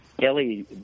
Kelly